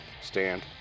Stand